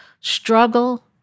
struggle